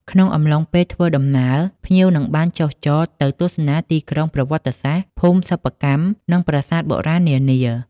ក្នុងអំឡុងពេលធ្វើដំណើរ ភ្ញៀវនឹងបានចុះចតទៅទស្សនាទីក្រុងប្រវត្តិសាស្ត្រ ភូមិសិប្បកម្ម និងប្រាសាទបុរាណនានា។